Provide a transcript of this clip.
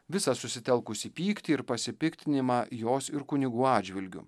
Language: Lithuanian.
visą susitelkusį pyktį ir pasipiktinimą jos ir kunigų atžvilgiu